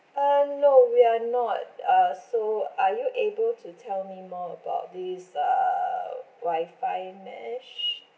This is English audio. um no we are not uh so are you able to tell me more about this uh wifi mesh